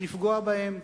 לפגוע בהם.